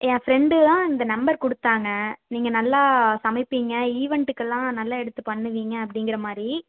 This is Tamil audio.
ஏ ஃப்ரெண்டுதான் இந்த நம்பர் கொடுத்தாங்க நீங்கள் நல்லா சமைப்பிங்க ஈவென்டுக்குலாம் நல்லா எடுத்து பண்ணுவிங்க அப்படிங்குற மாதிரி